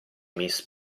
miss